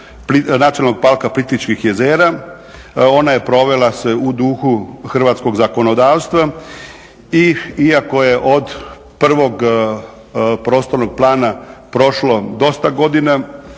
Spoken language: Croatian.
Nacionalnog parka Plitvičkih jezera ona se provela u duhu hrvatskog zakonodavstva i iako je od prvog prostornog plana prošlo dosta godina,